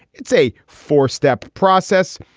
it's a four step process.